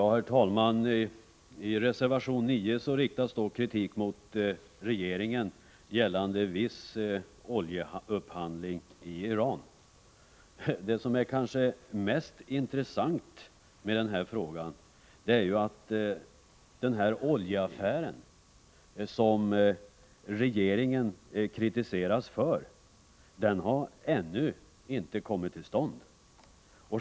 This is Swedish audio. Herr talman! I reservation nr 9 riktas kritik mot regeringen gällande viss oljeupphandling i Iran. Det kanske mest intressanta med denna fråga är att den oljeaffär med Iran som regeringen kritiseras för ännu inte har kommit till stånd.